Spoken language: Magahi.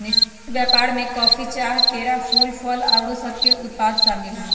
निष्पक्ष व्यापार में कॉफी, चाह, केरा, फूल, फल आउरो सभके उत्पाद सामिल हइ